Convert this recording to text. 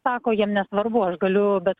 sako jiem nesvarbu aš galiu bet